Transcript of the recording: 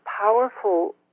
powerful